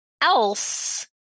else